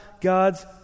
God's